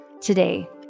today